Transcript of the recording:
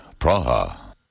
Praha